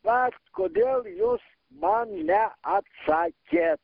bet kodėl jūs man neatsakėt